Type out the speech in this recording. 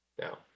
Now